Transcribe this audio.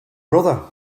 brother